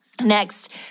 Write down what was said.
Next